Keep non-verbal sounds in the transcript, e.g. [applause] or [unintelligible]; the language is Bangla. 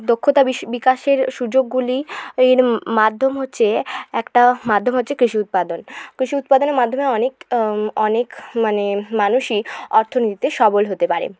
দক্ষতা বিকাশের সুযোগগুলির [unintelligible] মাধ্যম হচ্ছে একটা মাধ্যম হচ্ছে কৃষি উৎপাদন কৃষি উৎপাদনের মাধ্যমে অনেক অনেক মানে অনেক মানুষই অর্থনীতিতে সবল হতে পারে